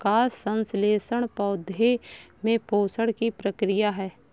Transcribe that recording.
प्रकाश संश्लेषण पौधे में पोषण की प्रक्रिया है